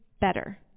better